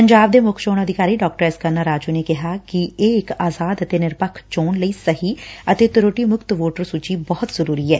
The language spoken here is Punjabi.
ਪੰਜਾਬ ਦੇ ਮੁੱਖ ਚੋਣ ਅਧਿਕਾਰੀ ਡਾ ਐਸ ਕਰੁਣਾ ਰਾਜੂ ਨੇ ਕਿਹਾ ਕਿ ਇਹ ਇਕ ਆਜ਼ਾਦ ਅਤੇ ਨਿਰਪੱਖ ਚੋਣ ਲਈ ਸਹੀ ਅਤੇ ਤਰੁੱਟੀ ਮੁਕਤ ਵੋਟਰ ਸੁਚੀ ਬਹੁਤ ਜ਼ਰੁਰੀ ਐ